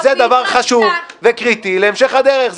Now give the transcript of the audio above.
זה דבר חשוב וקריטי להמשך הדרך.